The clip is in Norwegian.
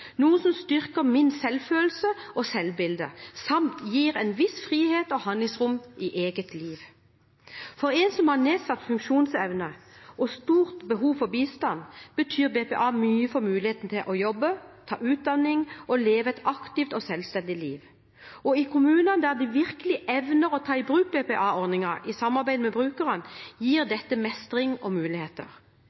noe som styrker selvfølelse og selvbilde, samt gir en viss frihet og handlingsrom i eget liv.» For en som har nedsatt funksjonsevne og stort behov for bistand, betyr BPA mye for muligheten til å jobbe, ta utdanning og leve et aktivt og selvstendig liv. I kommunene der de virkelig evner å ta i bruk BPA-ordningen i samarbeid med brukerne, gir dette mestring og muligheter.